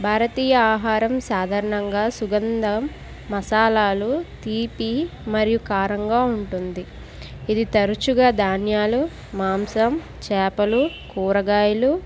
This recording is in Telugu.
భారతీయ ఆహారం సాధారణంగా సుగంధ మసాలాలు తీపి మరియు కారంగా ఉంటుంది ఇది తరచుగా ధాన్యాలు మాంసం చేపలు కూరగాయలు